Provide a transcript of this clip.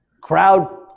crowd